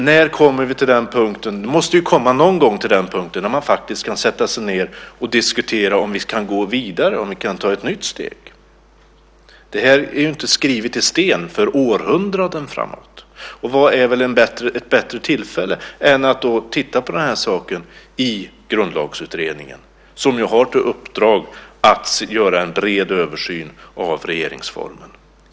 Någon gång måste vi faktiskt komma till en punkt då vi kan diskutera om vi ska gå vidare och ta ett nytt steg. Detta är ju inte skrivet i sten för århundraden framåt. Vad kan vara ett bättre tillfälle att titta på detta än just Grundlagsutredningen, som ju har i uppdrag att göra en bred översyn av regeringsformen?